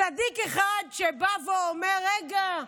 צדיק אחד, שבא ואומר: רגע,